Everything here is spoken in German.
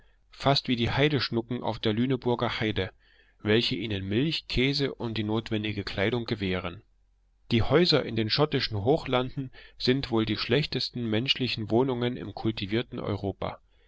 fast wie die heideschnucken auf der lüneburger heide welche ihnen milch käse und die notwendige kleidung gewähren die häuser in den schottischen hochlanden sind wohl die schlechtesten menschlichen wohnungen im kultivierten europa